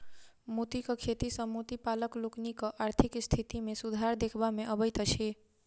मोतीक खेती सॅ मोती पालक लोकनिक आर्थिक स्थिति मे सुधार देखबा मे अबैत अछि